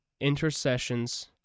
intercessions